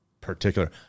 particular